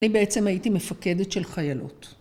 אני בעצם הייתי מפקדת של חיילות.